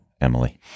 Emily